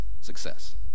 success